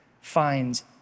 finds